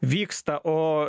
vyksta o